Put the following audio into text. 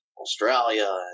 Australia